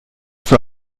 für